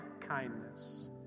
kindness